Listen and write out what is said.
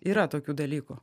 yra tokių dalykų